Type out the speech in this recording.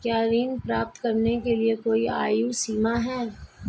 क्या ऋण प्राप्त करने के लिए कोई आयु सीमा है?